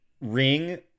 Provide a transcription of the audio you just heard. ring